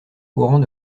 courant